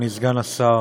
אדוני סגן השר,